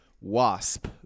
wasp